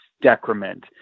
decrement